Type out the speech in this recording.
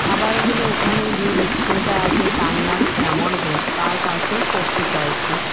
খাবারগুলো ওখানে যে বিক্রেতা আছে তার নাম শ্যামল ঘোষ তার কাছেই করতে চাইছি